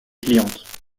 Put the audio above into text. clientes